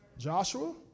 Joshua